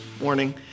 morning